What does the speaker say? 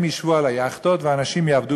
הם ישבו על היאכטות והאנשים יעבדו